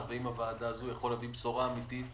והוועדה הזאת יכול להביא בשורה אמיתית.